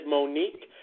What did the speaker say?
Monique